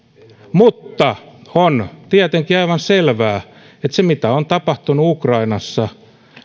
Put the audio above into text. mutta on tietenkin aivan selvää että se mitä on tapahtunut ukrainassa